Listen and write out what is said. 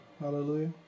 Hallelujah